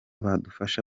badufasha